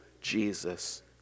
Jesus